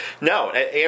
no